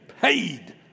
paid